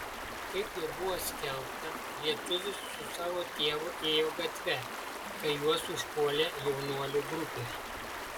kaip jau buvo skelbta lietuvis su savo tėvu ėjo gatve kai juos užpuolė jaunuolių grupė